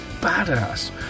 badass